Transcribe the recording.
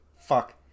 Fuck